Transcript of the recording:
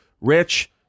rich